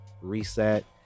reset